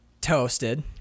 toasted